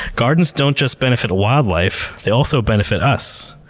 gardens don't just benefit wildlife. they also benefit us.